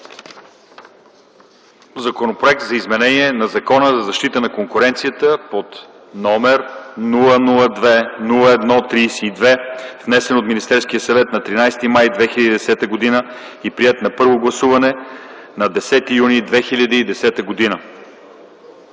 Законопроект за изменение на Закона за защита на конкуренцията, № 002-01-32, внесен от Министерския съвет на 3 май 2010 г.; приет на първо гласуване на 10 юни 2010 г.”